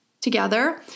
together